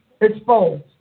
exposed